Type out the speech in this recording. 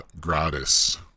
gratis